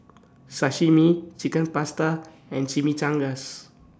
Sashimi Chicken Pasta and Chimichangas